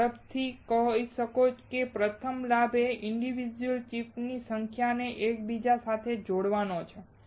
તમે ઝડપથી કહી શકો છો પ્રથમ લાભ એ ઇન્ડિવિડ્યુઅલ ચિપ્સની સંખ્યાને એકબીજા સાથે જોડવાનો છે